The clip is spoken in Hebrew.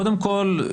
קודם כל,